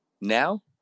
now